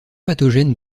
pathogène